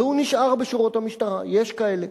והוא נשאר בשירות המשטרה, יש כאלה,